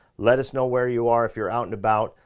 let us know where you are. if you're out and about,